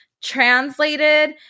translated